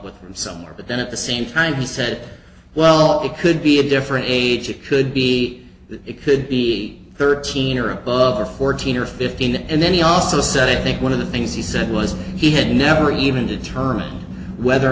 with somewhere but then at the same time he said well it could be a different age it could be that it could be thirteen or above or fourteen or fifteen and then he also said i think one of the things he said was he had never even determine whether or